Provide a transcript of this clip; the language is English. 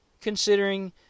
considering